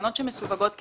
תקנות שמסווגות כרזרבה,